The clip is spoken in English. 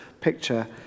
picture